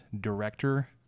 Director